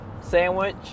sandwich